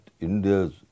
India's